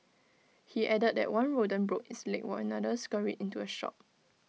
he added that one rodent broke its leg while another scurried into A shop